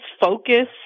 focus